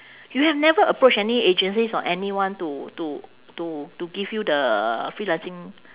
you have never approach any agencies or anyone to to to to give you the freelancing